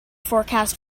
forecast